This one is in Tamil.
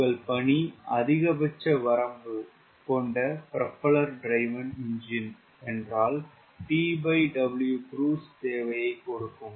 உங்கள் பணி அதிகபட்ச வரம்பு கொண்ட ப்ரொபெல்லர் டிரைவ்ன் என்ஜின் என்றால் TWcruise தேவையை கொடுக்கும்